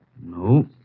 No